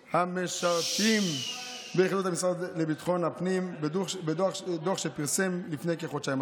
המשרתים ביחידות המשרד לביטחון הפנים בדוח שפרסם לפני כחודשיים.